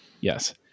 Yes